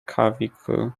clavicle